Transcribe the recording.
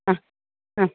ആ ആ